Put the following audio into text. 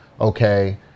okay